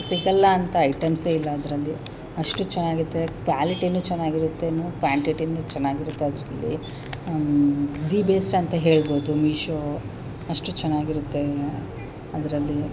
ಸಿಗಲ್ಲಾಂತ ಐಟೆಮ್ಸೆ ಇಲ್ಲ ಅದರಲ್ಲಿ ಅಷ್ಟು ಚೆನ್ನಾಗಿರ್ತದೆ ಕ್ವಾಲಿಟೀನು ಚೆನ್ನಾಗಿರುತ್ತೇನು ಕ್ವಾಂಟಿಟಿಯೂ ಚೆನ್ನಾಗಿರುತ್ತೆ ಅದರಲ್ಲಿ ದಿ ಬೆಸ್ಟ್ ಅಂತ ಹೇಳಬಹ್ದು ಮೀಶೋ ಅಷ್ಟು ಚೆನ್ನಾಗಿರುತ್ತೆ ಅದರಲ್ಲೀ